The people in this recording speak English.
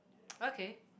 okay